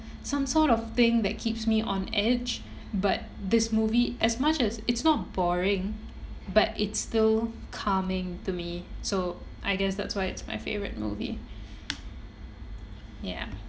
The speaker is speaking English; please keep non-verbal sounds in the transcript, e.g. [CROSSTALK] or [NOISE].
some sort of thing that keeps me on edge but this movie as much as it's not boring but it's still coming to me so I guess that's why it's my favorite movie [BREATH] ya